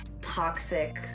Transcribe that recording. toxic